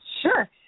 Sure